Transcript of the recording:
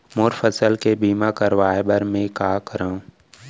मोर फसल के बीमा करवाये बर में का करंव?